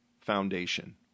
Foundation